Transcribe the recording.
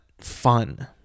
fun